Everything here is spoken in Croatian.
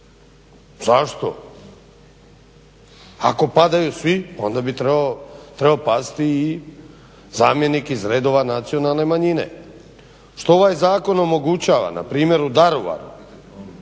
Zašto? Ako padaju svi onda bi trebao pasti i zamjenik iz redova nacionalne manjine. Što ovaj zakon omogućava npr. u Daruvaru.